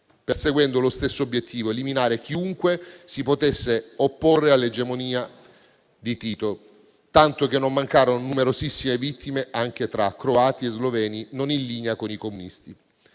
perseguendo lo stesso obiettivo: eliminare chiunque si potesse opporre all'egemonia di Tito, tanto che non mancarono numerosissime vittime anche tra croati e sloveni non in linea con i comunisti.